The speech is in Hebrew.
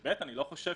ושנית, אני לא חושב